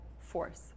force